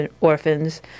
Orphans